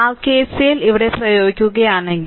r KCL ഇവിടെ പ്രയോഗിക്കുകയാണെങ്കിൽ